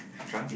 drunk